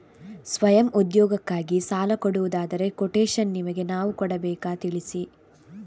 ಸ್ವಯಂ ಉದ್ಯೋಗಕ್ಕಾಗಿ ಸಾಲ ಕೊಡುವುದಾದರೆ ಕೊಟೇಶನ್ ನಿಮಗೆ ನಾವು ಕೊಡಬೇಕಾ ತಿಳಿಸಿ?